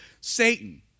Satan